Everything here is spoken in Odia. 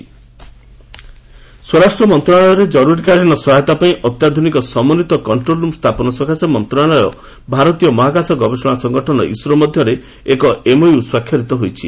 ହୋମ୍ ମିନିଷ୍ଟ୍ରି ଇସ୍ରୋ ସ୍ୱରାଷ୍ଟ୍ର ମନ୍ତ୍ରଣାଳୟରେ ଜରୁରୀକାଳୀନ ସହାୟତା ପାଇଁ ଅତ୍ୟାଧୁନିକ ସମନ୍ଧିତ କଣ୍ଟ୍ରୋଲ ରୁମ୍ ସ୍ଥାପନ ସକାଶେ ମନ୍ତ୍ରଣାଳୟ ଓ ଭାରତୀୟ ମହାକାଶ ଗବେଷଣା ସଂଗଠନ ଇସ୍ରୋ ମଧ୍ୟରେ ଏକ ଏମ୍ଓୟୁ ସ୍ୱାକ୍ଷରିତ ହୋଇଛି